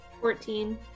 Fourteen